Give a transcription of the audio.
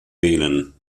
wählen